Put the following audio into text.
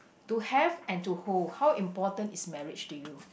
to have and to hold how important is marriage to you